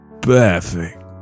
perfect